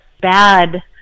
bad